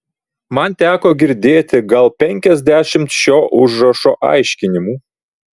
man teko girdėti gal penkiasdešimt šio užrašo aiškinimų